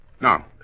Now